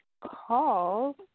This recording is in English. calls